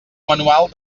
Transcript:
manual